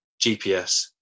GPS